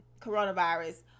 coronavirus